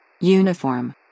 Uniform